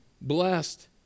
blessed